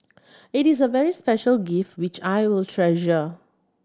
it is a very special gift which I will treasure